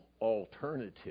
alternative